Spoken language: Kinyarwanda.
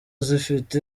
zifite